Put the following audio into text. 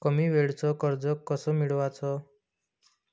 कमी वेळचं कर्ज कस मिळवाचं?